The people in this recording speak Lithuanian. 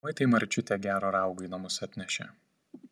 oi tai marčiutė gero raugo į namus atnešė